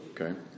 Okay